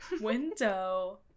window